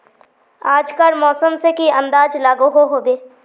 आज कार मौसम से की अंदाज लागोहो होबे?